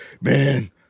man